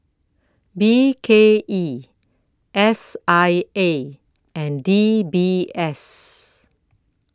B K E S I A and D B S